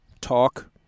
talk